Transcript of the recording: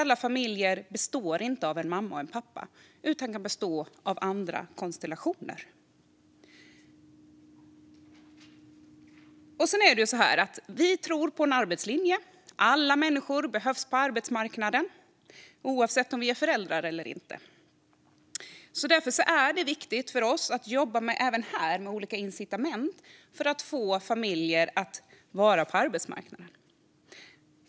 Alla familjer består inte av en mamma och en pappa. De kan bestå av andra konstellationer. Vi tror på en arbetslinje. Alla människor behövs på arbetsmarknaden, antingen de är föräldrar eller inte. Därför är det viktigt för oss att även här jobba med olika incitament för att få föräldrar att vara på arbetsmarknaden.